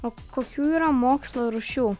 o kokių yra mokslo rūšių